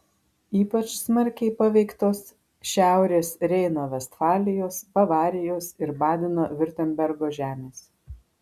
ypač smarkiai paveiktos šiaurės reino vestfalijos bavarijos ir badeno viurtembergo žemės